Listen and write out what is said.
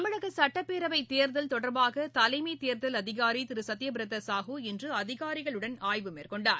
தமிழக சட்டப்பேரவைத் தேர்தல் தொடர்பாக தலைமை தேர்தல் அதிகாரி திரு சத்யபிரதா சாஹூ இன்று அதிகாரிகளுடன் ஆய்வு மேற்கொண்டார்